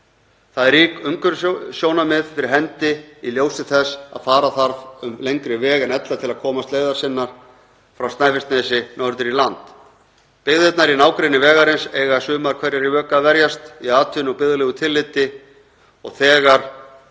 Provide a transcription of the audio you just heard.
Það eru rík umhverfissjónarmið fyrir hendi í ljósi þess að fara þarf um lengri veg en ella til að komast leiðar sinnar frá Snæfellsnesi norður í land. Byggðirnar í nágrenni vegarins eiga sumar hverjar í vök að verjast í atvinnu- og byggðalegu tilliti og þegar